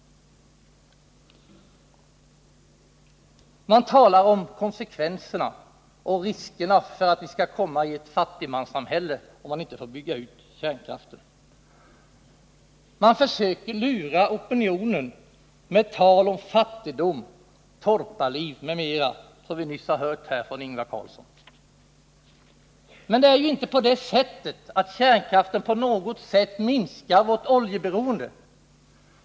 Man talar om konsekvenserna och riskerna för att vi skall hamna i ett fattigmanssamhälle om man inte får bygga ut kärnkraften. Man försöker lura opinionen med tal om fattigdom, torparliv m.m., som vi nyss har hört från Ingvar Carlsson. Men kärnkraften minskar ju på intet sätt vårt oljeberoende.